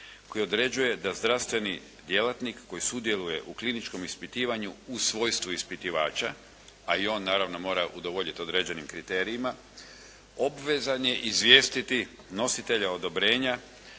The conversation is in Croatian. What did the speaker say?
koji određuje da zdravstveni djelatnik koji sudjeluje u kliničkom ispitivanju u svojstvu ispitivača, a i on naravno mora udovoljiti određenim kriterijima obvezan je izvijestiti nositelja odobrenja